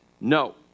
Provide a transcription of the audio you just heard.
no